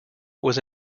was